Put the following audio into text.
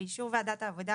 באישור וועדת העבודה,